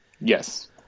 Yes